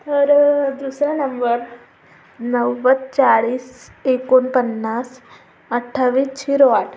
तर दुसरा नंबर नव्वद चाळीस एकोणपन्नास अठ्ठावीस झिरो आठ